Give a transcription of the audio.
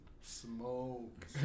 Smoke